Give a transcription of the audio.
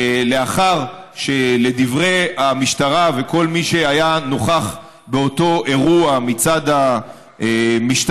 לאחר שלדברי המשטרה וכל מי שהיה נוכח באותו אירוע מצד המשטרה,